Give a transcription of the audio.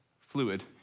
fluid